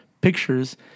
pictures